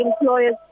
employers